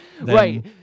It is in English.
Right